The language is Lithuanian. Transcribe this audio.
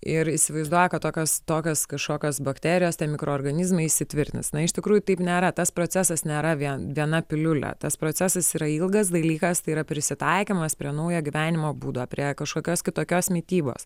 ir įsivaizduoja kad tokios tokios kažkokios bakterijos mikroorganizmai įsitvirtins na iš tikrųjų taip nėra tas procesas nėra vien viena piliulė tas procesas yra ilgas dalykas tai yra prisitaikymas prie naujo gyvenimo būdo prie kažkokios kitokios mitybos